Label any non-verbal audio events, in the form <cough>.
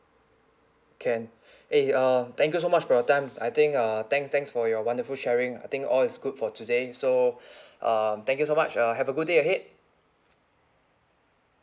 can eh uh thank you so much for your time I think uh thanks thanks for your wonderful sharing I think all is good for today so <breath> uh thank you so much uh have a good day ahead